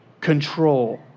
control